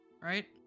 right